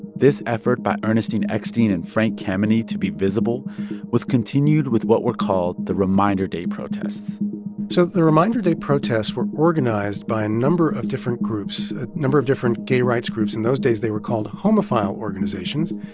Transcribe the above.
this effort by ernestine eckstein and frank kameny to be visible was continued with what were called the reminder day protests so the reminder day protests were organized by a number of different groups, a number of different gay rights groups. in those days, they were called homophile organizations.